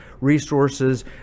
resources